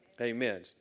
Amen